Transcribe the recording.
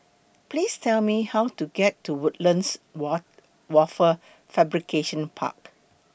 Please Tell Me How to get to Woodlands What Wafer Fabrication Park